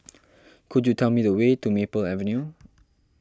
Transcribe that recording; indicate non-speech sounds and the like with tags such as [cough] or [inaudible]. [noise] could you tell me the way to Maple Avenue